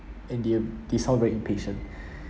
and they they sound very impatient